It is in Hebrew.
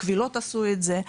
הקבילות עשו את זה.